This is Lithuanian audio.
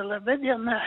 laba diena